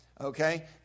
Okay